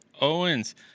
Owens